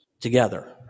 together